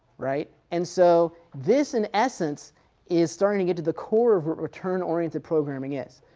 right. and so this in essence is starting to get to the core of what return oriented programming is.